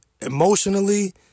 emotionally